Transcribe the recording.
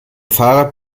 fahrrad